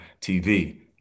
TV